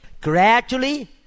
gradually